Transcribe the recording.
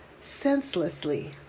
senselessly